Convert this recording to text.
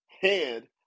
head